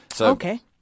Okay